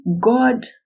God